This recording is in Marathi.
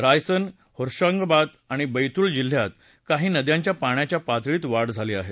रायसेन होशंगबाद आणि बैतूल जिल्ह्यात काही नद्यांचा पाण्याचा पातळीत वाढ झाली आहे